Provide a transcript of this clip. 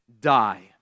die